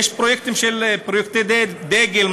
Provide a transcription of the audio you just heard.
יש פרויקטים שהם פרויקטי דגל,